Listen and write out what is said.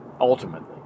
ultimately